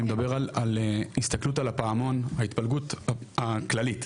אני מדבר על הסתכלות על הפעמון ההתפלגות הכללית,